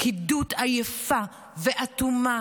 פקידות עייפה ואטומה,